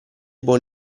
buon